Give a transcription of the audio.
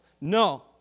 No